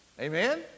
Amen